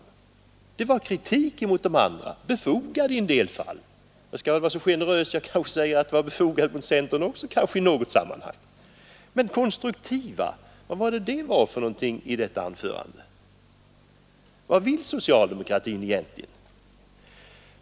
Det var kritik emot de andra, befogad i en del fall — jag skall vara så generös att jag kan säga att den kanske var befogad också mot centern i något sammanhang — men var fanns det konstruktiva? Vad vill socialdemokratin egentligen?